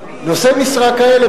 נושאי משרה כאלה,